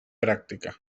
pràctica